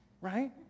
Right